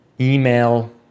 email